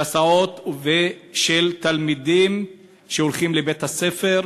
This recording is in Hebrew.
בהסעות של תלמידים שהולכים לבית-הספר.